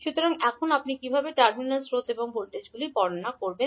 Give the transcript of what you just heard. সুতরাং এখন আপনি কীভাবে টার্মিনাল স্রোত এবং ভোল্টেজগুলি বর্ণনা করবেন